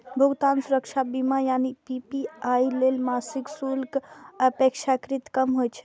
भुगतान सुरक्षा बीमा यानी पी.पी.आई लेल मासिक शुल्क अपेक्षाकृत कम होइ छै